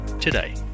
today